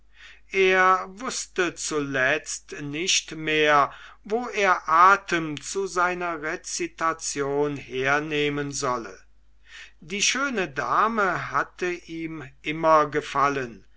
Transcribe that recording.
er wußte zuletzt nicht mehr wo er atem zu seiner rezitation hernehmen solle die schöne dame hatte ihm immer gefallen